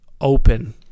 open